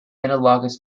analogous